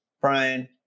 Brian